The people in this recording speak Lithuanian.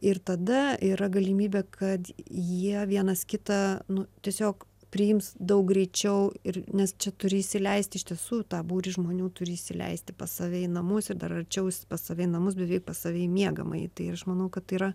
ir tada yra galimybė kad jie vienas kitą nu tiesiog priims daug greičiau ir nes čia turi įsileisti iš tiesų tą būrį žmonių turi įsileisti pas save į namus ir dar arčiau pas save į namus beveik pas save į miegamąjį tai aš manau kad tai yra